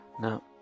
Now